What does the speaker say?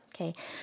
okay